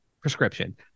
prescription